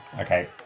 Okay